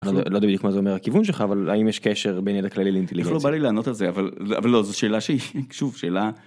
לא יודעים מה זה אומר כיוון שלך אבל האם יש קשר בין ידע כללי לאיטיליגנציה בא לי לענות על זה אבל לא זו שאלה שהיא שוב שאלה.